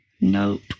Nope